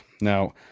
Now